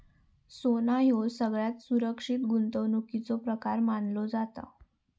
सोना ह्यो सगळ्यात सुरक्षित गुंतवणुकीचो प्रकार मानलो जाता